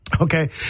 okay